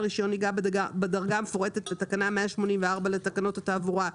רישיון נהיגה בדרגה המפורטת בתקנה 184 לתקנות התעבורה,